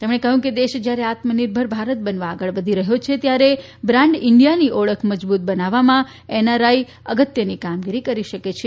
તેમણે કહ્યું કે દેશ જયારે આત્મનિર્ભર ભારત બનવા આગળ વધી રહ્યો છે ત્યારે બ્રાન્ડ ઇન્ડિયાની ઓળખ મજબુત બનાવવામાં એનઆરઆઇ અગત્યની કામગીરી કરી શકે છે